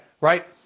right